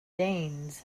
danes